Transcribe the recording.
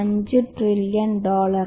5 trillion dollar